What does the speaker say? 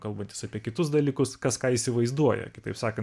kalbantis apie kitus dalykus kas ką įsivaizduoja kitaip sakant